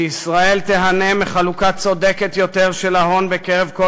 שישראל תיהנה מחלוקה צודקת יותר של ההון בקרב כל